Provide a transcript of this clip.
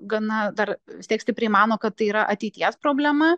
gana dar vis tiek stipriai mano kad tai yra ateities problema